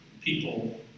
people